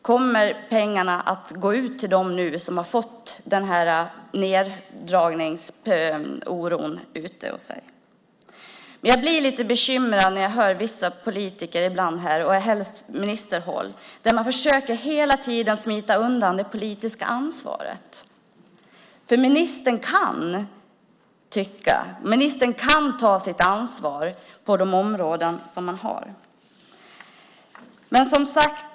Kommer pengarna att nu gå ut till dem som har fått denna neddragningsoro? Jag blir lite bekymrad när jag hör vissa politiker här, särskilt på ministerhåll. Man försöker hela tiden smita undan det politiska ansvaret. Ministern kan ha åsikter och ta sitt ansvar på de områden som han svarar för.